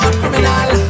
criminal